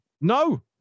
No